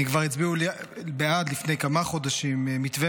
הם כבר הצביעו לפני כמה חודשים בעד מתווה